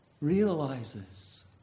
realizes